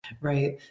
right